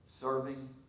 serving